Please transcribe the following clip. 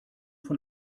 vor